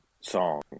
song